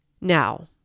Now